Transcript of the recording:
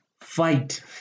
fight